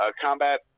combat